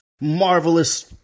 marvelous